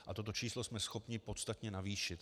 A toto číslo jsme schopni podstatně navýšit.